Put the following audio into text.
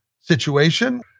situation